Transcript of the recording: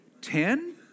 Ten